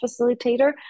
facilitator